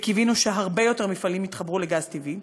וקיווינו שהרבה יותר מפעלים יתחברו לגז טבעי.